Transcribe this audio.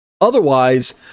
otherwise